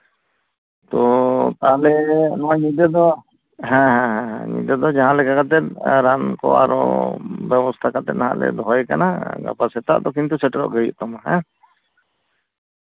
ᱛᱚ ᱛᱟᱦᱚᱞᱮ ᱱᱚᱣᱟ ᱧᱤᱫᱟᱹ ᱫᱚ ᱦᱮᱸ ᱦᱮᱸ ᱦᱮᱸ ᱦᱮᱸ ᱧᱤᱫᱟᱹ ᱫᱚ ᱡᱟᱦᱟᱸ ᱞᱮᱠᱟ ᱠᱟᱛᱮ ᱨᱟᱱ ᱠᱚ ᱟᱨᱚ ᱵᱮᱵᱚᱥᱛᱟ ᱠᱟᱛᱮ ᱱᱟᱜ ᱞᱮ ᱫᱚᱦᱚᱭᱮ ᱠᱟᱱᱟ ᱜᱟᱯᱟ ᱥᱮᱛᱟᱜ ᱫᱚ ᱠᱤᱱᱛᱩ ᱥᱮᱴᱮᱨᱚᱜ ᱜᱮ ᱦᱩᱭᱩᱜ ᱛᱟᱢᱟ ᱦᱮᱸ